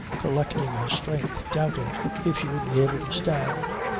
collecting her strength, doubting if she would be able to stand.